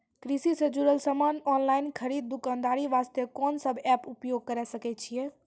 कृषि से जुड़ल समान ऑनलाइन खरीद दुकानदारी वास्ते कोंन सब एप्प उपयोग करें सकय छियै?